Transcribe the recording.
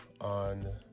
on